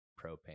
propane